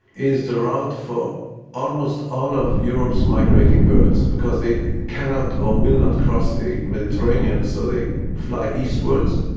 is the route for almost all of europe's migrating birds because they cannot or will not cross the mediterranean, so they fly eastwards,